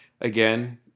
again